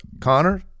Connor